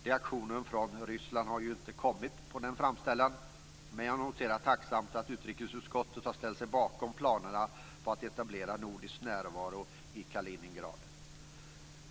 Reaktionen från Ryssland på denna framställan har ju inte kommit, men jag noterar tacksamt att utrikesutskottet har ställt sig bakom planerna på att etablera nordisk närvaro i Kaliningrad.